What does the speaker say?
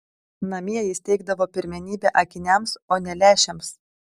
namie jis teikdavo pirmenybę akiniams o ne lęšiams